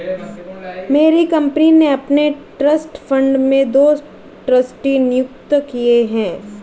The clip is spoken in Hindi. मेरी कंपनी ने अपने ट्रस्ट फण्ड में दो ट्रस्टी नियुक्त किये है